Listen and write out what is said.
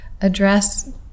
address